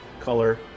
color